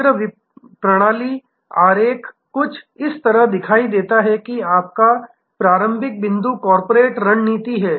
समग्र प्रणाली आरेख कुछ इस तरह दिखाई देगा कि आपका प्रारंभिक बिंदु कॉर्पोरेट रणनीति है